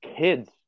kids